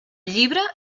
llibre